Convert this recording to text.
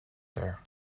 there